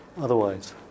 otherwise